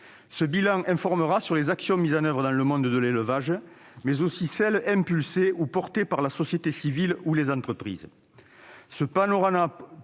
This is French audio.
Ce bilan informera sur les actions mises en oeuvre dans le monde de l'élevage, mais aussi sur celles qui sont portées par la société civile ou les entreprises.